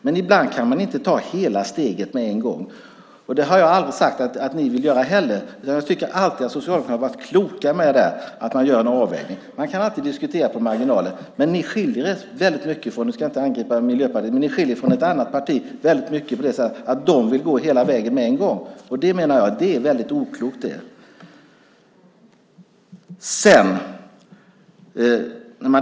Men ibland kan man inte ta hela steget på en gång. Det har jag aldrig sagt att ni vill göra heller. Jag tycker att Socialdemokraterna alltid har varit kloka med att göra avvägningar. Man kan alltid diskutera på marginalen. Men ni skiljer er väldigt mycket från ett annat parti - jag ska inte angripa Miljöpartiet - på det sättet att de vill gå hela vägen på en gång. Jag menar att det är väldigt oklokt.